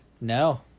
No